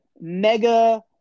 mega